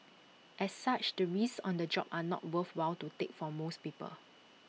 as such the risks on the job are not worthwhile to take for most people